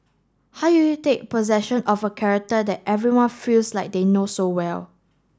how you take possession of a character that everyone feels like they know so well